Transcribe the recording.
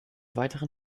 weiteren